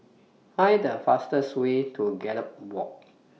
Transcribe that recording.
Find The fastest Way to Gallop Walk